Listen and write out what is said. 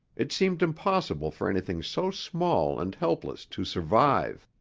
it seemed impossible for anything so small and helpless to survive.